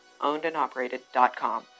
Ownedandoperated.com